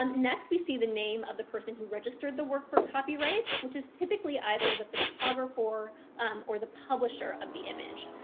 um next, we see the name of the person who registered the work for copyright, which is typically either the photographer um or the publisher of the image.